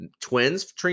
Twins